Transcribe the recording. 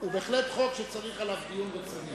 הוא בהחלט חוק שצריך לקיים עליו דיון רציני.